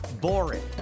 boring